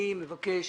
אני מבקש